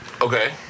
Okay